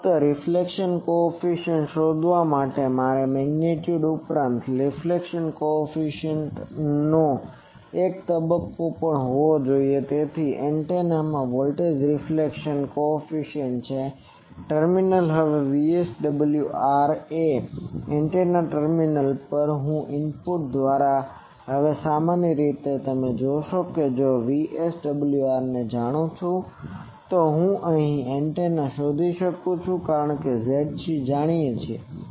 પરંતુ reflection coefficient શોધવા માટે મારે મેગ્નીટ્યુડ ઉપરાંત રીફ્લેક્શન કો એફિસિયન્ટ નો એક તબક્કો પણ હોવો જોઈએ તેથી આ એન્ટેનામાં વોલ્ટેજ રીફ્લેક્શન કો એફિસિયન્ટ છે ટર્મિનલ હવે VSWR એ એન્ટેના ટર્મિનલ પર ઇનપુટ દ્વારા હવે સામાન્ય રીતે તમે જોશો કે જો VSWR ને જાણું છું તો હું એન્ટેના શોધી શકું છું કારણ કે Zc જાણીએ છીએ